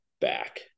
back